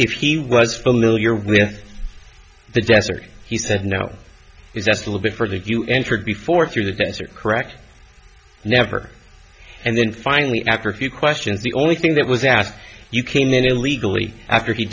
if he was familiar with the desert he said no is that's a little bit further if you entered before through the fence or correct never and then finally after a few questions the only thing that was asked you came in illegally after he